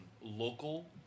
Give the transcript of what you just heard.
local